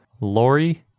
Lori